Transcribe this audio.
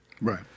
right